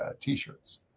T-shirts